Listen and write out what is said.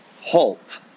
halt